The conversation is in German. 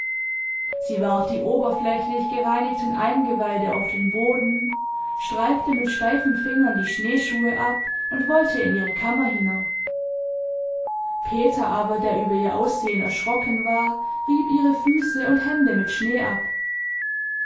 sie warf die oberflächlich gereinigten eingeweide auf den boden streifte mit steifen fingern die schneeschuhe ab und wollte in ihre kammer hinauf peter aber der über ihr aussehen erschrocken war rieb ihre füße und hände mit schnee ab